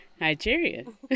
Nigerian